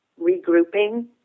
regrouping